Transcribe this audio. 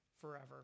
forever